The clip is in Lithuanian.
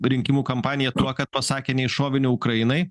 rinkimų kampaniją tuo kad pasakė nei šovinio ukrainai